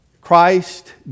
Christ